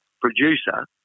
producer